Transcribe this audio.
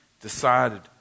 decided